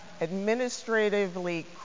administratively